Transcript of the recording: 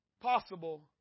possible